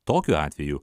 tokiu atveju